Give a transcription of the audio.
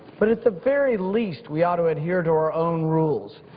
but at the very least we ought to adhere to our own rules.